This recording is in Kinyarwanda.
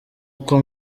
uko